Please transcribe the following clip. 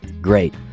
Great